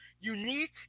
unique